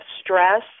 stress